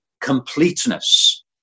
completeness